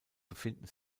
befinden